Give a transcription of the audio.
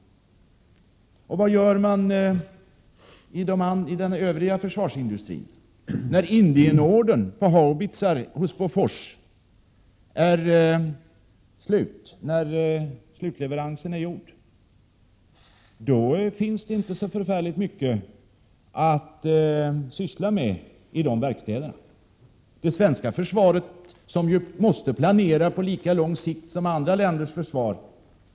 Vad gör man i den övriga försvarsindustrin när Indienordern på haubitsar hos Bofors är slutlevererad? Då finns det inte så mycket att syssla med i dessa verkstäder. Det svenska försvaret måste planera på lika lång sikt som andra länders försvar.